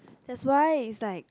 that why is like